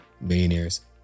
millionaires